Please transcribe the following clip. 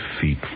feet